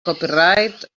copyright